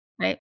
right